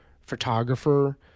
photographer